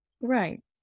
Right